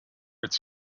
its